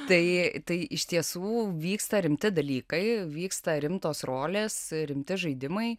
tai tai iš tiesų vyksta rimti dalykai vyksta rimtos rolės rimti žaidimai